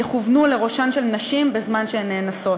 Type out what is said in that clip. יכוונו לראשן של נשים בזמן שהן נאנסות,